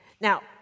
Now